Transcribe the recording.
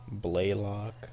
Blaylock